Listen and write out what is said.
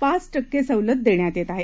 पाच टक्के सवलत देण्यात येत आहे